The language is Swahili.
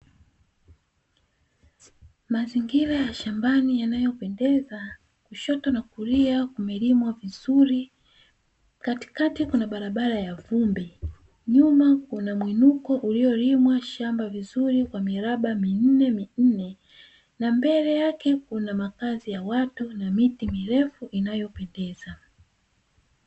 Mazingira ya shambani yanayopendeza; kushoto na kulia kumelimwa vizuri, katikati kuna barabara ya vumbi, nyuma kuna mwinuko uliolimwa shamba vizuri kwa miraba minneminne, na mbele yake kuna makazi ya watu, na miti mirefu inayopendeza.